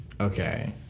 Okay